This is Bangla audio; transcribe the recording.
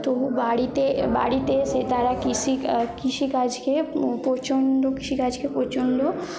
তবু বাড়িতে বাড়িতে এসে তারা কৃষি কৃষিকাজকে প্রচণ্ড কৃষিকাজকে প্রচণ্ড